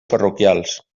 parroquials